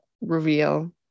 reveal